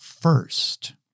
first